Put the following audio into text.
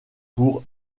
pour